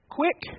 quick